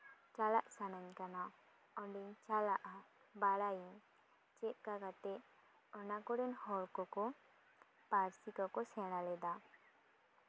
ᱪᱟᱞᱟᱜ ᱥᱟᱱᱟᱧ ᱠᱟᱱᱟ ᱚᱸᱰᱮᱧ ᱪᱟᱞᱟᱜᱼᱟ ᱵᱟᱲᱟᱭᱟᱹᱧ ᱪᱮᱫ ᱠᱟ ᱠᱟᱛᱮᱜ ᱚᱱᱟ ᱠᱚᱨᱮᱱ ᱦᱚᱲ ᱠᱚᱠᱚ ᱯᱟᱹᱨᱥᱤ ᱠᱚᱠᱚ ᱥᱮᱲᱟ ᱞᱮᱫᱟ